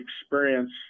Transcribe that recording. experience